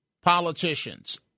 politicians